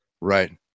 Right